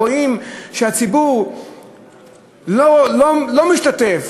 אנחנו רואים שהציבור לא משתתף.